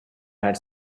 had